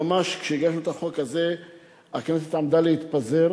כשהגשנו את החוק הזה הכנסת עמדה להתפזר